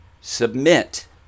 submit